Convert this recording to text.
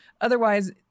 otherwise